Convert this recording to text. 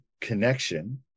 connection